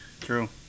True